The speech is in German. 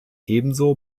ebenso